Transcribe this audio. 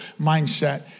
mindset